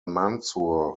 mansur